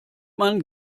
man